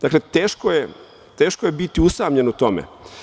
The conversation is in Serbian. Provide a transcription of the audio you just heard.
Dakle, teško je biti usamljen u tome.